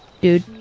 dude